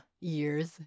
years